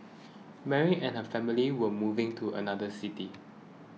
Mary and her family were moving to another city